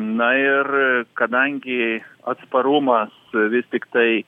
na ir kadangi atsparumas vis tiktai